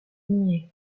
nié